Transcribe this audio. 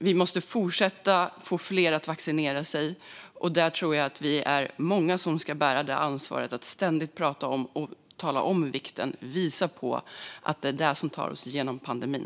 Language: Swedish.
Vi måste fortsätta få fler att vaccinera sig, och jag tror att vi är många som ska bära ansvaret för att ständigt tala om vikten av det och visa på att det är det som tar oss genom pandemin.